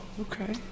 Okay